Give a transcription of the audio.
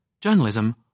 journalism